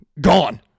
Gone